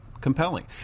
compelling